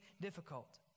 difficult